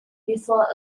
before